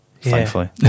thankfully